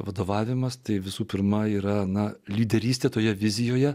vadovavimas tai visų pirma yra ana lyderystė toje vizijoje